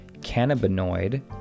Cannabinoid